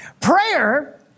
Prayer